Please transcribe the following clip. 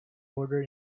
order